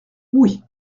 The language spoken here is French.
oui